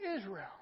Israel